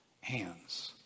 hands